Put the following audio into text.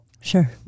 sure